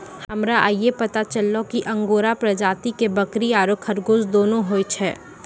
हमरा आइये पता चललो कि अंगोरा प्रजाति के बकरी आरो खरगोश दोनों होय छै